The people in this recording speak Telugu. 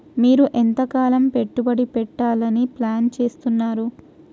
మీరు ఎంతకాలం పెట్టుబడి పెట్టాలని ప్లాన్ చేస్తున్నారు?